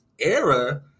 era